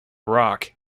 rock